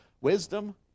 wisdom